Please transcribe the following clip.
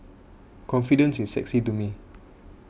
confidence is sexy to me